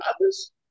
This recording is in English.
others